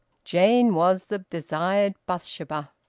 jane was the desired bathsheba.